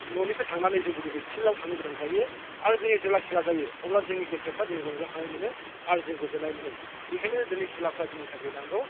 न'निफ्राय थांनानै जों दिनै नैबे फिल्दाव थांनो गोनां जायो आरो जोङो जेब्ला खेला जायो अब्ला जोंनि गोसोफ्रा जोंनि रंजाखांनाय मोनो आरो जों गोजोन्नाय मोनो बेखायनो दिनै खेलाफ्रा जोंनि थाखाय नांगौ